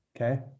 Okay